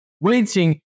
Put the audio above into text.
Waiting